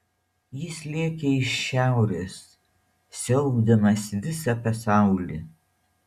jis lėkė iš šiaurės siaubdamas visą pasaulį